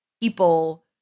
people